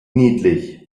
niedlich